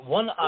one